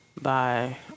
Bye